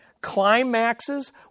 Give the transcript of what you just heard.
climaxes